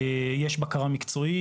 יש בקרה מקצועית.